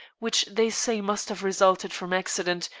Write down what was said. which they say must have resulted from accident,